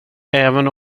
även